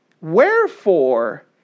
Wherefore